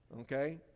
okay